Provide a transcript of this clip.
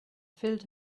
filled